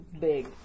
big